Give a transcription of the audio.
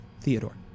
Theodore